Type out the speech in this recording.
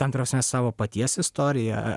ta prasme savo paties istoriją